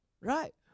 Right